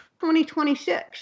2026